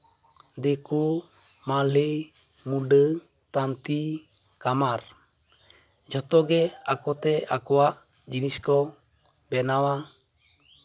ᱫᱤᱠᱩ ᱢᱟᱦᱞᱮ ᱢᱩᱰᱟᱹ ᱛᱟᱹᱱᱛᱤ ᱠᱟᱢᱟᱨ ᱡᱷᱚᱛᱚ ᱜᱮ ᱟᱠᱚᱛᱮ ᱟᱠᱚᱣᱟᱜ ᱡᱤᱱᱤᱥ ᱠᱚ ᱵᱮᱱᱟᱣᱟ